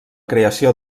creació